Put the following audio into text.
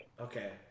Okay